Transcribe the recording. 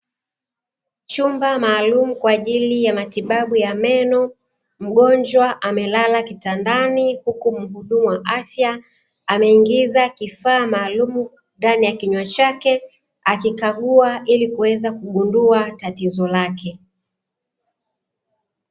Chumba maalumu kwa ajili ya matibabu ya meno, mgonjwa amelala kitandani huku mhudumu wa afya ameingiza kifaa maalumu ndani ya kinywa chake akikaguwa ilikuweza kugundua tatibabu ya tatizo lake.